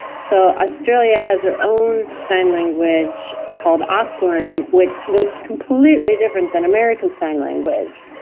so australia has their own sign language called auslan which looks completely different than american sign language.